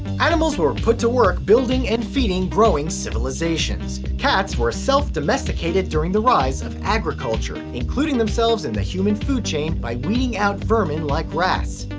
animals were put to work building and feeding growing civilizations. cats were self-domesticated during the rise of agriculture, including themselves in the human food chain by weeding out vermin like rats.